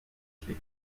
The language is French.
clef